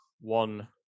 one